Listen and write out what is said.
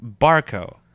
Barco